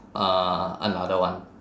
uh another one